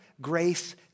grace